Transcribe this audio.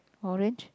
orange